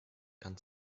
kann